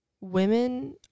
women